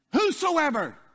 Whosoever